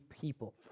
people